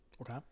Okay